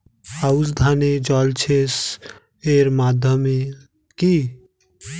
আউশ ধান এ জলসেচের মাধ্যম কি?